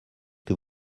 que